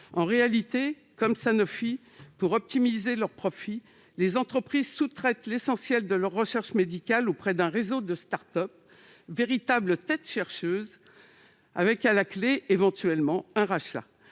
En réalité, comme Sanofi, pour optimiser leurs profits, les entreprises sous-traitent l'essentiel de leur recherche médicale auprès d'un réseau de start-up, véritables têtes chercheuses, avec, éventuellement, un rachat